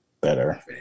better